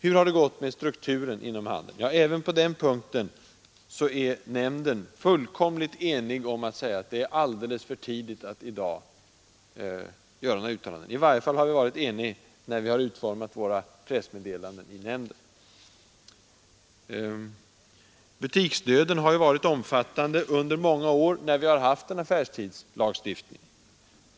Hur har det gått med strukturen inom handeln? Även på den punkten är nämnden fullkomligt enig när den säger att det är alldeles för tidigt att i dag göra några uttalanden. I varje fall har vi varit eniga när vi har utformat våra pressmeddelanden i nämnden. Butiksdöden har varit omfattande under många år medan vi hade en affärstidslagstiftning.